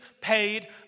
paid